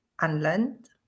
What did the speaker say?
unlearned